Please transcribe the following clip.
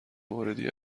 موردی